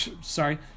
sorry